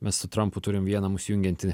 mes su trampu turim vieną mus jungiantį